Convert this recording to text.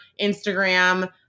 Instagram